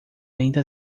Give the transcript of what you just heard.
ainda